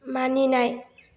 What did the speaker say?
मानिनाय